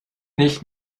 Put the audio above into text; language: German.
nicht